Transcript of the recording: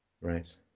Right